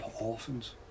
orphans